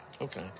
okay